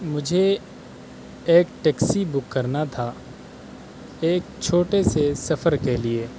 مجھے ایک taxi book کرنا تھا ایک چھوٹے سے سفر کے لیے